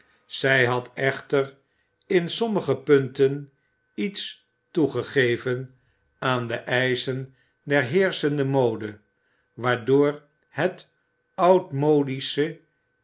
zij had echter in sommige punten iets toegegeven aan de eischen der heerschende mode waardoor het